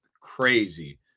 Crazy